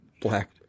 Black